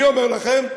אני אומר לכם,